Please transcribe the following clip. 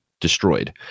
destroyed